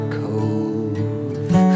cove